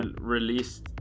released